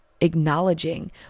acknowledging